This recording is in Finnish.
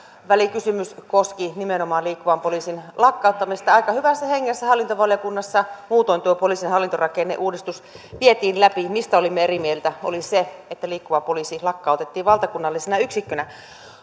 välikysymys koski nimenomaan liikkuvan poliisin lakkauttamista aika hyvässä hengessä hallintovaliokunnassa muutoin tuo poliisin hallintorakenneuudistus vietiin läpi se mistä olimme eri mieltä oli se että liikkuva poliisi lakkautettiin valtakunnallisena yksikkönä